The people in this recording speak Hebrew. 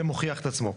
זה מוכיח את עצמו.